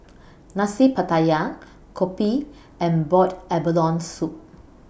Nasi Pattaya Kopi and boiled abalone Soup